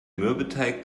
mürbeteig